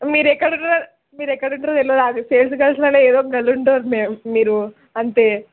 మీరు ఎక్కడ ఉన్నారో మీరు ఎక్కడ ఉంటారో తెలియదు అది సేల్స్ గర్ల్స్లో ఏదో ఒక గర్ల్ ఉంటారు మీ మీరు అంతే